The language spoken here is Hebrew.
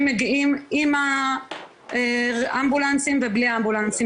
מגיעים עם האמבולנסים ובלי האמבולנסים,